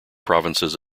provinces